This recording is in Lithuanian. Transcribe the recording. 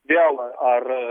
vėl ar